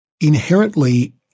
inherently